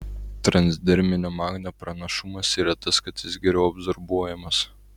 transderminio magnio pranašumas yra tas kad jis geriau absorbuojamas